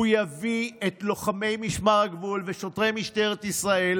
הוא יביא את לוחמי משמר הגבול ושוטרי משטרת ישראל,